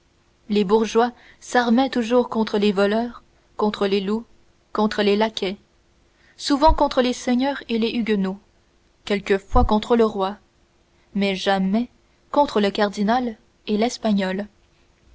les bourgeois s'armaient toujours contre les voleurs contre les loups contre les laquais souvent contre les seigneurs et les huguenots quelquefois contre le roi mais jamais contre le cardinal et l'espagnol